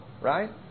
Right